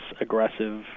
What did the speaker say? aggressive